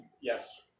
Yes